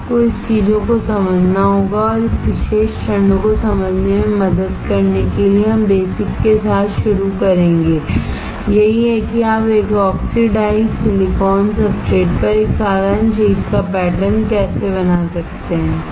आपको इस चीजों को समझना होगा और इस विशेष चरणों को समझने में मदद करने के लिए हम बेसिक के साथ शुरू करेंगे यही है कि आप एक ऑक्सिडाइज्ड सिलिकॉन सब्सट्रेट पर एक साधारण चीज का पैटर्न कैसे बना सकते हैं